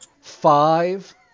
five